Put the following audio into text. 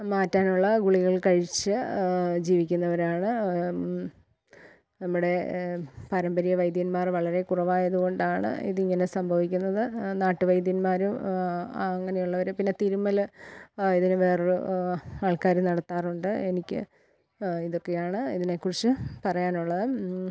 മാറ്റാനുള്ള ഗുളികൾ കഴിച്ച് ജീവിക്കുന്നവരാണ് നമ്മുടെ പാരമ്പര്യ വൈദ്യന്മാർ വളരെ കുറവായതുകൊണ്ടാണ് ഇതിങ്ങനെ സംഭവിക്കുന്നത് നാട്ടു വൈദ്യന്മാരും അങ്ങിനെയുള്ളവരും പിന്നെ തിരുമ്മൽ ആ ഇതിനു വേറൊരു ആൾക്കാർ നടത്താറുണ്ട് എനിക്ക് ഇതൊക്കയാണ് ഇതിനെകുറിച്ച് പറയാനുള്ളത്